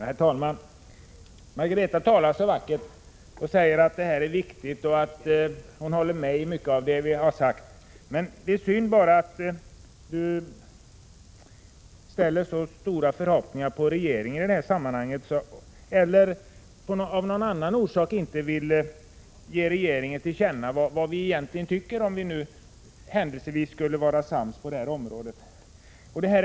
Herr talman! Margareta Winberg talar så vackert. Hon säger att det är viktigt och att hon håller med om mycket av det vi har sagt. Det är bara synd att hon tydligen ställer mycket stora förhoppningar på regeringen i detta sammanhang eller av någon annan orsak inte vill ge regeringen till känna vad vi egentligen tycker. Vi tycks ju händelsevis vara sams på den här punkten.